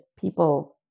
people